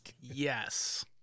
Yes